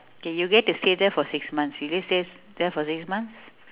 okay you get to stay there for six months you get to stay there for six months